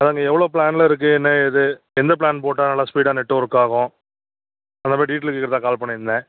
அதாங்க எவ்வளோ ப்ளானில் இருக்குது என்ன ஏது எந்த ப்ளான் போட்டால் நல்லா ஸ்பீடாக நெட்டு ஒர்க் ஆகும் அந்த மாதிரி டீட்டைல் கேட்குறதுக்கு தான் கால் பண்ணியிருந்தேன்